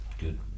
Good